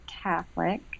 Catholic